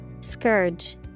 scourge